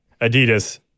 Adidas